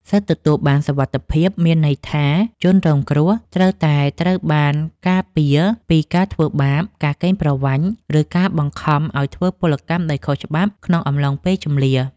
សិទ្ធិទទួលបានសុវត្ថិភាពមានន័យថាជនរងគ្រោះត្រូវតែត្រូវបានការពារពីការធ្វើបាប ការកេងប្រវ័ញ្ច ឬការបង្ខំឱ្យធ្វើពលកម្មដោយខុសច្បាប់ក្នុងអំឡុងពេលជម្លៀស។